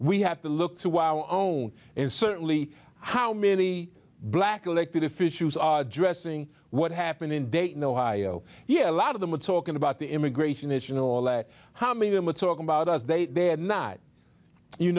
we have to look to our own and certainly how many black elected officials are addressing what happened in dayton ohio yeah a lot of them were talking about the immigration issue and all that how many of them with talk about us they had not you